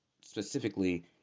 specifically